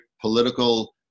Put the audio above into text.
political